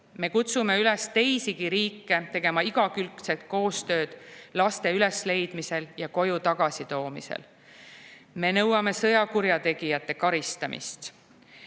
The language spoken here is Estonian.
Me kutsume üles teisigi riike tegema igakülgset koostööd laste ülesleidmisel ja koju tagasitoomisel. Me nõuame sõjakurjategijate karistamist.